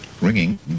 ringing